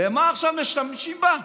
ולמה עכשיו משתמשים בה?